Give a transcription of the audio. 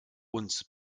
uns